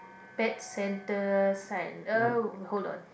back centre side uh hold on